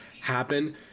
happen